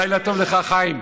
לילה טוב לך, חיים,